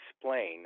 explain